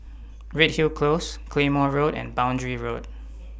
Redhill Close Claymore Road and Boundary Road